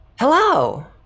Hello